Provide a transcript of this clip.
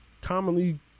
commonly